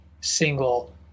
single